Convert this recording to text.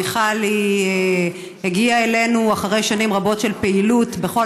מיכל הגיעה אלינו אחרי שנים רבות של פעילות בכל